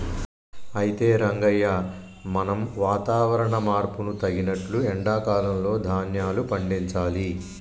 అయితే రంగయ్య మనం వాతావరణ మార్పును తగినట్లు ఎండా కాలంలో ధాన్యాలు పండించాలి